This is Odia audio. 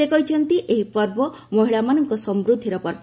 ସେ କହିଛନ୍ତି ଏହି ପର୍ବ ମହିଳାମାନଙ୍କ ସମ୍ଭିଧିର ପର୍ବ